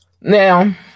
Now